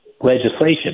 legislation